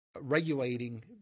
regulating